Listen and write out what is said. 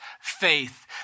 faith